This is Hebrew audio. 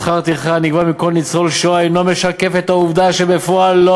שכר הטרחה הנגבה מכל ניצול שואה אינו משקף את העובדה שבפועל לא